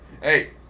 Hey